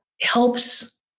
helps